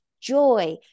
joy